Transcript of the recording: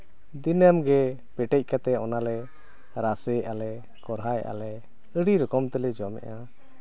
ᱫᱤᱱᱟᱹᱢ ᱜᱮ ᱯᱮᱴᱮᱡ ᱠᱟᱛᱮᱫ ᱚᱱᱟᱞᱮ ᱨᱟᱥᱮᱭᱟᱜᱼᱟᱞᱮ ᱠᱚᱨᱦᱟᱣᱮᱫᱼᱟᱞᱮ ᱟᱹᱰᱤ ᱨᱚᱠᱚᱢ ᱛᱮᱞᱮ ᱡᱚᱢᱮᱫᱼᱟ